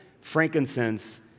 frankincense